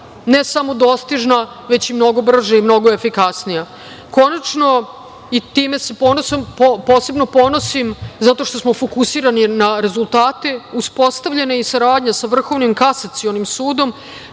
ne samo dostižna već i mnogo brže i mnogo efikasnija. Konačno, i time se posebno ponosim, zato što smo fokusirani na rezultate, uspostavljena je i saradnja sa Vrhovnim kasacionim sudom,